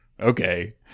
Okay